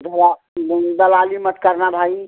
दला दलाली मत करना भाई